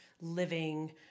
living